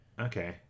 okay